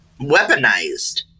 weaponized